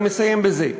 אני מסיים בזה.